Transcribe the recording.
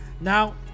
Now